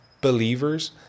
believers